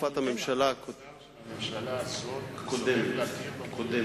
שר של הממשלה הזאת מסרב להכיר בקודמת?